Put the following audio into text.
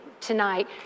Tonight